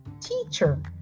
Teacher